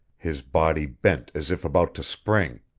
his body bent as if about to spring.